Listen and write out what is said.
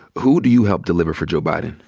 who do you help deliver for joe biden?